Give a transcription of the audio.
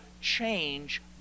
change